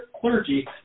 clergy